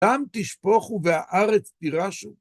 תם תשפוכו, והארץ תירשו.